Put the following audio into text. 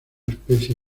especie